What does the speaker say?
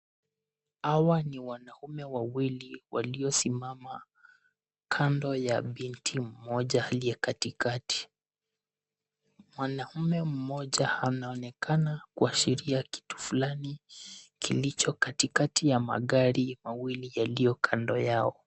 Hawa ni wanaume wawili waliosimama kando ya binti mmoja aliye katikati. Mwanaume mmoja anaonekana kuashiria kitu fulani kilicho katikati ya magari mawili yaliyo kando yao.